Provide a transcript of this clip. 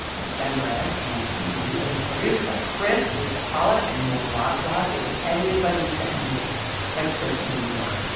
chris benderev and me. it was produced by chris, lisa pollak and noor wazwaz. it was edited by lisa and mixed by chris and noor.